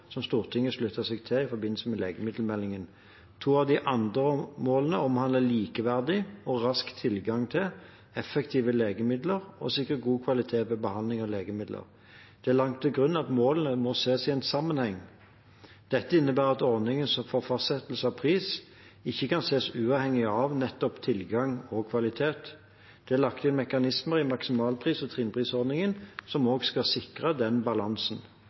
som Stortinget sluttet seg til i forbindelse med behandlingen av legemiddelmeldingen. To av de andre målene omhandler likeverdig og rask tilgang til effektive legemidler og å sikre god kvalitet ved behandling med legemidler. Det er lagt til grunn at målene må ses i sammenheng. Dette innebærer at ordninger for fastsettelse av pris ikke kan ses uavhengig av nettopp tilgang og kvalitet. Det er lagt inn mekanismer i maksimalpris- og trinnprisordningen, som også skal sikre den balansen.